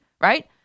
right